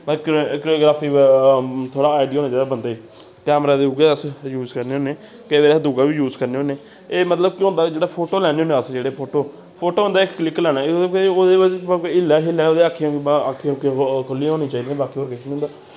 choreography बगैरा दा थोह्ड़ा आइडिया बगैरा होना चाहिदा बंदे गी कैमरा ते उ'ऐ अस यूज करने होन्ने केईं बारी अस दूआ बी यूज करने होन्ने एह् मतलब इक एह् होंदा जेह्ड़ा फोटो लैन्ने होन्ने अस जेह्ड़े फोटो फोटो होंदा इक क्लिक लैना ओह्दे बिच्च हिल्लै उल्लै अक्खीं उक्खीं खुह्ल्ली दियां होनियां चाहिदियां बाकी कोई गल्ल निं ऐ